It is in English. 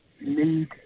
need